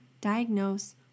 diagnose